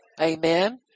Amen